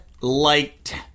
liked